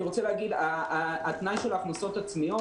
אני רוצה להגיד, התנאי של ההכנסות העצמיות